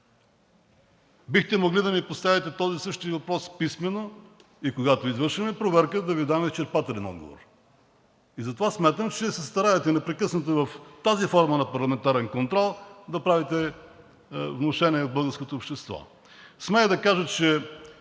Бихте могли да ми поставите този същия въпрос писмено и когато извършим проверка, да Ви дам изчерпателен отговор. И затова смятам, че се стараете непрекъснато в тази форма на парламентарен контрол да правите внушения в българското общество. Смея да кажа, че